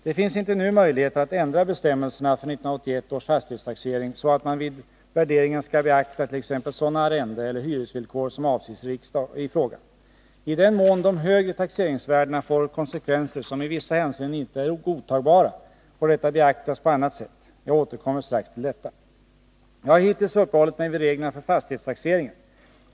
Det finns inte nu möjligheter att ändra bestämmelserna för 1981 års fastighetstaxering, så att man vid värderingen skall beakta t.ex. sådana arrendeeller hyresvillkor som avses i frågan. I den mån de högre taxeringsvärdena får konsekvenser som i vissa hänseenden inte är godtagbara, får detta beaktas på annat sätt. Jag återkommer strax till detta. Jag har hittills uppehållit mig vid reglerna för fastighetstaxeringen.